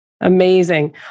Amazing